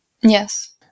yes